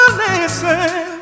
listen